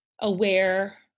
aware